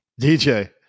DJ